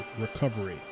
Recovery